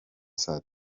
saa